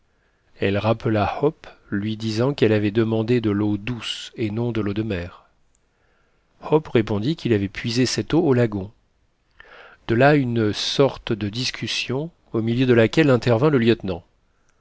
elle rappela hope lui disant qu'elle avait demandé de l'eau douce et non de l'eau de mer hope répondit qu'il avait puisé cette eau au lagon de là une sorte de discussion au milieu de laquelle intervint le lieutenant